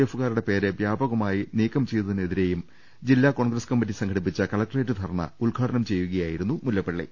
എഫുകാരുടെ പേര് വ്യാപകമായി നീക്കം ചെയ്തതിനെ തിരേയും ജില്ലാ കോൺഗ്രസ് കമ്മിറ്റി സംഘടിപ്പിച്ച കല ക്ടറേറ്റ് ധർണ്ണ ഉദ്ഘാടനം ചെയ്യുകയായിരുന്നു മുല്ലപ്പള്ളി